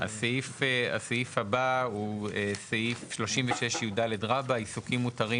הסעיף הבא הוא סעיף 36יד רבה "עיסוקים מותרים